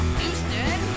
Houston